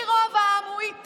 כי רוב העם הוא איתי,